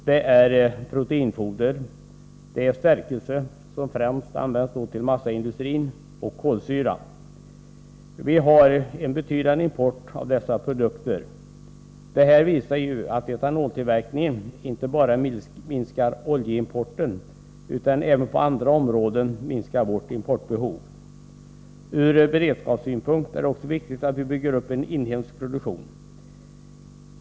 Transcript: Det är proteinfoder, stärkelse, som främst används till massaindustrin, och kolsyra. Vi har en betydande import av dessa produkter. Det här visar ju att etanoltillverkningen inte bara minskar oljeimporten utan även på andra områden minskar vårt importbehov. Ur beredskapssynpunkt är det också viktigt att vi bygger upp en inhemsk produktion.